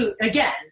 Again